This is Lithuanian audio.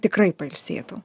tikrai pailsėtų